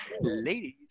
ladies